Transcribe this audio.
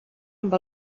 amb